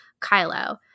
Kylo